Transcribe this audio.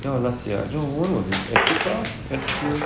or last year no when was it